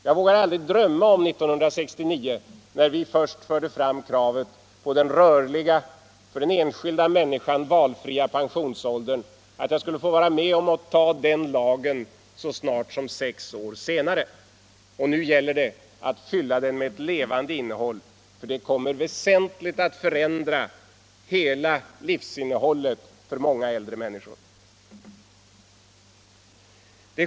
Jag vågade aldrig drömma om 1969 när vi först förde fram kravet på en för enskilda människor valfri pensionsålder, att jag skulle få vara med om att anta den lagen så snart som sex år senare. Och nu gäller det att fylla den med ett levande innehåll, ty den kommer väsentligt att förändra hela livsinnehållet för många äldre människor.